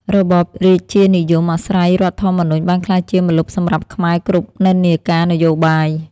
របបរាជានិយមអាស្រ័យរដ្ឋធម្មនុញ្ញបានក្លាយជាម្លប់សម្រាប់ខ្មែរគ្រប់និន្នាការនយោបាយ។